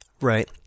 Right